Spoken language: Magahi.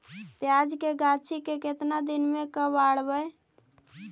प्याज के गाछि के केतना दिन में कबाड़बै?